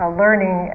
learning